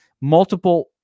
Multiple